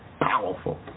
powerful